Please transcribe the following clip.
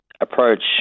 approach